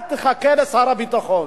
אל תחכה לשר הביטחון.